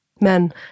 Men